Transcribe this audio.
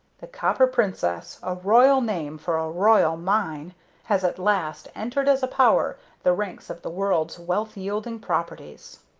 the copper princess a royal name for a royal mine has at last entered as a power the ranks of the world's wealth-yielding properties.